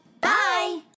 bye